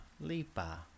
Lipa